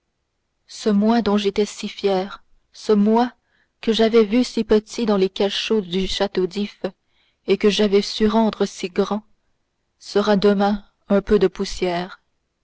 ce moi dont j'étais si fier ce moi que j'avais vu si petit dans les cachots du château d'if et que j'avais su rendre si grand sera demain un peu de poussière